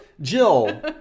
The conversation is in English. Jill